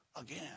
again